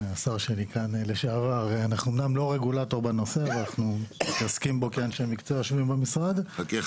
אבל אנחנו כן מתעסקים בזה כאנשי מקצוע --- חכה,